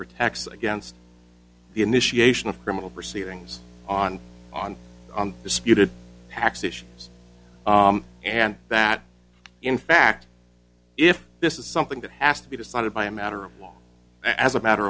protects against the initiation of criminal proceedings on on the disputed tax issue and that in fact if this is something that has to be decided by a matter of law as a matter